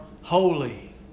holy